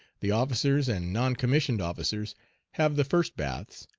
the officers and non-commissioned officers have the first baths,